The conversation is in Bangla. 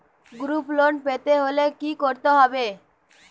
গ্রুপ লোন পেতে হলে কি করতে হবে?